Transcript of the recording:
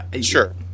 sure